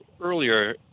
earlier